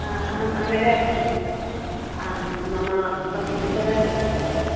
हा अहम् अनघा अस्मि आं मम बहु उदरवेदना जायते